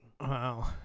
Wow